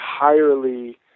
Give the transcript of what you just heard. entirely